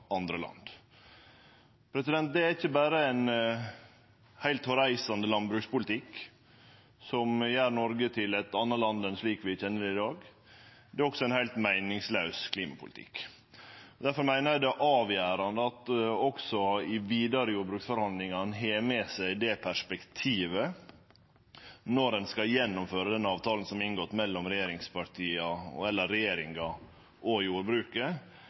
andre land. Det er ikkje berre ein heilt hårreisande landbrukspolitikk, som gjer Noreg til eit anna land enn slik vi kjenner det i dag, det er også ein heilt meiningslaus klimapolitikk. Difor meiner eg det er avgjerande at ein også i dei vidare jordbruksforhandlingane har med seg det perspektivet når ein skal gjennomføre den avtalen som er inngått mellom regjeringa og jordbruket, nemleg at vi skal søkje løysingar som bidreg til at jordbruket